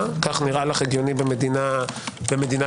- כך נראה לך הגיוני במדינה דמוקרטית,